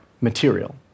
material